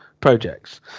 projects